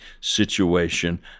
situation